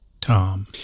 Tom